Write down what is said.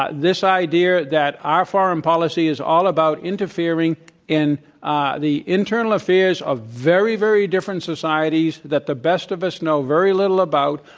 ah this idea that our foreign policy is all about interfering in ah the internal affairs of very, very different societies that the best of us know very little about,